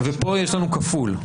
ופה יש לנו כפול?